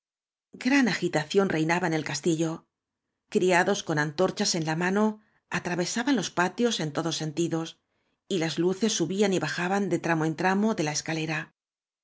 gran agitación reinaba en el castillo criados con antorchas en la mano atra vesaban los patios en todos sentidos y las luces subían y bajaban de tramo en tramo de la esca